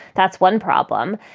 that's one problem.